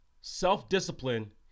Self-discipline